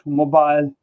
mobile